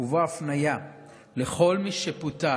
ובו הפניה לכל מי שפוטר